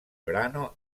brano